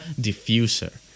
diffuser